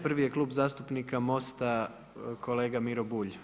Prvi je Klub zastupnika Mosta, kolega Miro Bulj.